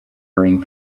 hurrying